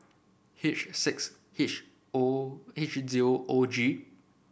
H six H O H zero O G